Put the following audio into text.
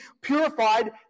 purified